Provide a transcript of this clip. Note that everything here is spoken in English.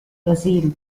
brazil